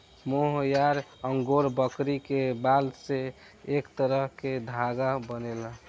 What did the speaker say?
मोहयार angora बकरी के बाल से एक तरह के धागा बनेला